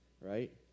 Right